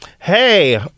hey